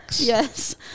Yes